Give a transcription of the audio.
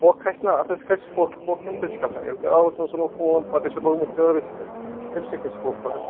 پھۄکھ کھسہِ نا اَتھ ہے کھسہِ پھۅکھ پھۅکھ کمہِ ستۭۍ چھُ کھسان ییٚلہِ تُہۍ آبَس منٛز ژھُنوٕ فون پَتہٕ آسٮ۪و لوگمُت چارٕج تہٕ تَمہِ سۭتۍ کھسہِ پھۅکھ مگر